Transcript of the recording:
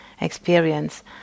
experience